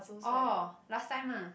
oh last time ah